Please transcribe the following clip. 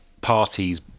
parties